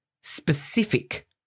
specific